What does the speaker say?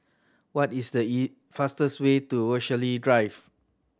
what is the fastest way to Rochalie Drive